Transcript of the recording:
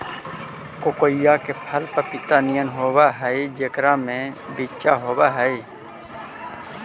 कोकोइआ के फल पपीता नियन होब हई जेकरा में बिच्चा होब हई